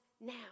now